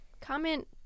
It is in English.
Comment